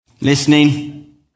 Listening